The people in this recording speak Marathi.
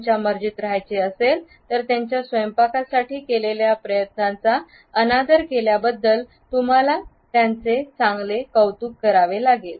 त्यांच्या मर्जीत राहायचे असल्यास त्यांच्या स्वयंपाकासाठी केलेल्या प्रयत्नांचा अनादर केल्याबद्दल तुम्हाला काही चांगले कौतुक करावे लागले